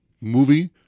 movie